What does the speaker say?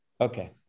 Okay